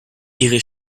ihre